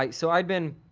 like so, i'd been,